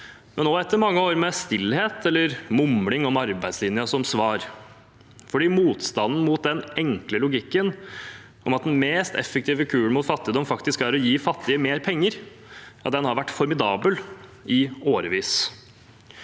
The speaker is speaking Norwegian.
opp, etter mange år med stillhet, eller mumling om arbeidslinjen som svar, fordi motstanden mot den enkle logikken om at den mest effektive kuren mot fattigdom faktisk er å gi fattige mer penger, har vært formidabel i årevis.